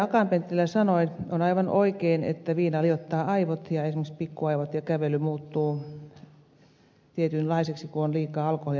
akaan penttilä sanoi on aivan oikea tieto että viina liottaa aivot esimerkiksi pikkuaivot ja kävely muuttuu tietynlaiseksi kun on liikaa alkoholia nauttinut